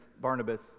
Barnabas